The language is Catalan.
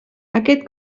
aquest